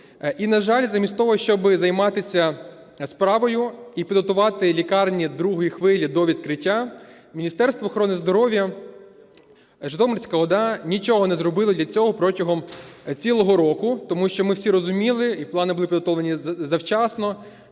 І, на жаль, замісто того, щоб займатися справою і підготувати лікарню другої хвилі до відкриття, Міністерство охорони здоров'я, Житомирська ОДА нічого не зробила для цього протягом цілого року. Тому що, ми всі розуміли, і плани були підготовлені завчасно,